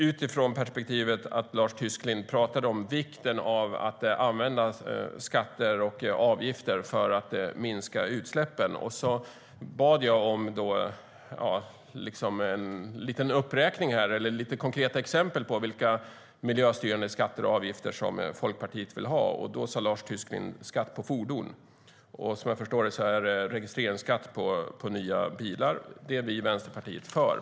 Utifrån perspektivet att Lars Tysklind pratade om vikten av att använda skatter och avgifter för att minska utsläppen bad jag om lite konkreta exempel på vilka miljöstyrande skatter och avgifter som Folkpartiet vill ha. Då tog Lars Tysklind upp skatt på fordon. Som jag förstår det handlar det om registreringsskatt på nya bilar. Det är vi i Vänsterpartiet för.